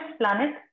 planet